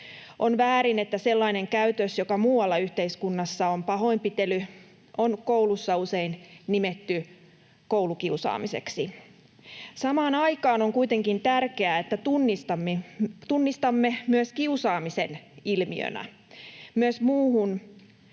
On väärin, että sellainen käytös, joka muualla yhteiskunnassa on pahoinpitely, on koulussa usein nimetty koulukiusaamiseksi. Samaan aikaan on kuitenkin tärkeää, että tunnistamme myös kiusaamisen ilmiönä ja